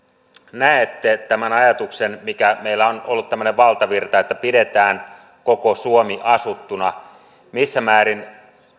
näette tämän ajatuksen joka meillä on ollut tämmöinen valtavirta että pidetään koko suomi asuttuna missä määrin